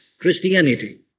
Christianity